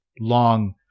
long